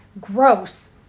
gross